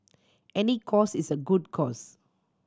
any cause is a good cause